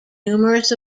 numerous